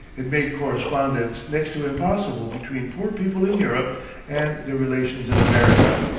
it made correspondence next to impossible between poor people in europe and their relations in america.